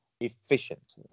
efficient